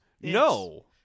no